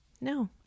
No